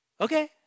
okay